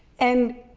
and,